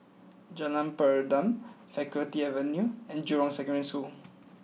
Jalan Peradun Faculty Avenue and Jurong Secondary School